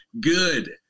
good